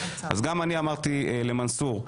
גם אני אמרתי למנסור,